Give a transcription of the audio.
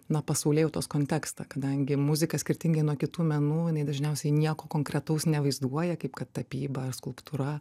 na pasaulėjautos kontekstą kadangi muzika skirtingai nuo kitų menų dažniausiai nieko konkretaus nevaizduoja kaip kad tapyba ar skulptūra